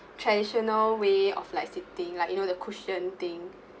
traditional way of like sitting like you know the cushion thing